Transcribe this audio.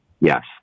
Yes